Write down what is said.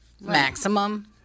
maximum